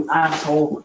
asshole